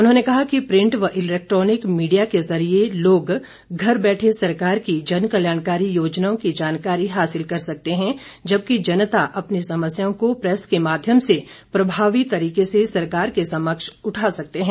उन्होंने कहा कि प्रिंट व इलेक्ट्रॉनिक मीडिया के जरिए लोग घरे बैठे सरकार की जनकल्याणकारी योजनाओं की जानकारी हासिल कर सकते हैं जबकि जनता अपनी समस्याओं को प्रेस के माध्यम से प्रभावी तरीके से सरकार के समक्ष उठा सकते हैं